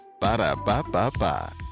Ba-da-ba-ba-ba